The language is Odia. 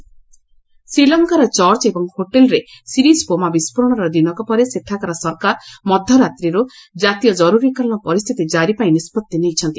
ଶ୍ରୀଲଙ୍କା ଶ୍ରୀଲଙ୍କାର ଚର୍ଚ୍ଚ ଏବଂ ହୋଟେଲ୍ରେ ସିରିଜ୍ ବୋମା ବିସ୍ଫୋରଣର ଦିନକ ପରେ ସେଠାକାର ସରକାର ମଧ୍ୟରାତ୍ରିରୁ ଜାତୀୟ କରୁରୀକାଳୀନ ପରିସ୍ଥିତି କାରି ପାଇଁ ନିଷ୍ପଭି ନେଇଛନ୍ତି